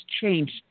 changed